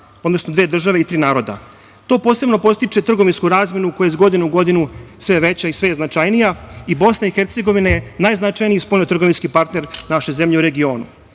odnosno dve države i tri naroda. To posebno podstiče trgovinsku razmenu koja je iz godine u godinu sve veća i sve značajnija i BiH je najznačajniji spoljno-trgovinski partner naše zemlje u